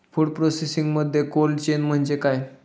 Food प्रोसेसिंगमध्ये cold chain म्हणजे काय?